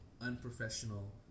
unprofessional